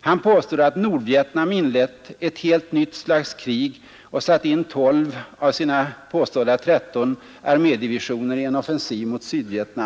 Han påstod att Nordvietnam inlett ”ett helt nytt slags krig” och satt in tolv av Nr 59 sina påstådda tretton armédivisioner i en offensiv mot Sydvietnam.